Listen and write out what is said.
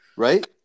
Right